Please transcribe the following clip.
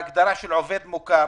האגודות השיתופיות נמחקו מהחרגה.